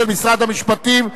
של משרד המשפטים,